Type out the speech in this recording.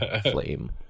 Flame